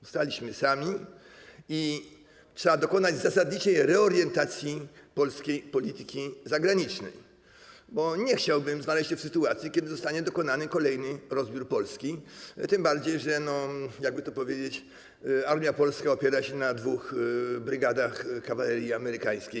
Zostaliśmy sami i trzeba dokonać zasadniczej reorientacji polskiej polityki zagranicznej, bo nie chciałbym znaleźć się w sytuacji, kiedy zostanie dokonany kolejny rozbiór Polski, tym bardziej, że - jak by to powiedzieć - armia polska opiera się na dwóch brygadach głównie kawalerii amerykańskiej.